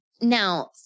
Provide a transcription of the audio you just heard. Now